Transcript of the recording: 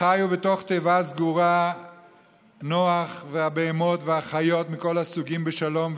חיו בתוך תיבה סגורה נוח והבהמות והחיות מכל הסוגים בשלום,